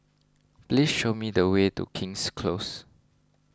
please show me the way to King's Close